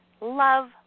Love